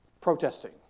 protesting